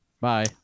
bye